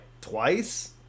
twice